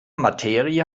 materie